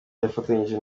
yafatanyije